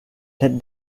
that